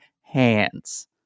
hands